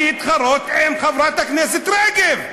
להתחרות עם חברת הכנסת רגב.